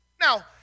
Now